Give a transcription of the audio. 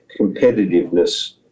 competitiveness